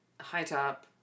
high-top